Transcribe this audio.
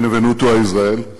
Benvenuto a Israel.